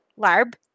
Larb